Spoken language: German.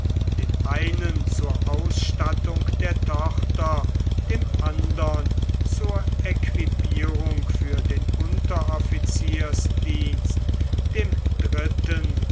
dem einen zur ausstattung der tochter dem andern zur equipierung für den unteroffiziersdienst dem dritten